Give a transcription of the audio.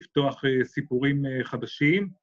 ‫לפתוח סיפורים חדשים.